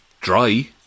dry